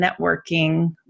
networking